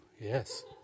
Yes